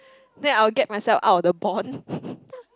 then I'll get myself out of the bond